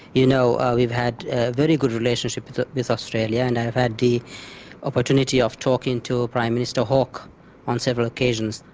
you know, we've had ah very good relationship with australia and i have had the opportunity of talking to ah prime minister hawke on several occasions.